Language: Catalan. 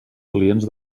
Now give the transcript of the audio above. clients